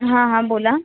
हां हां बोला